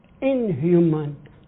inhuman